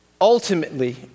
ultimately